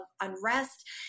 unrest